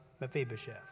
Mephibosheth